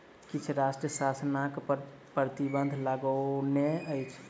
किछ राष्ट्र शाकनाशक पर प्रतिबन्ध लगौने अछि